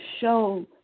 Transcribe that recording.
show